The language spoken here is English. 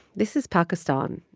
this is pakistan.